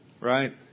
right